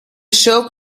show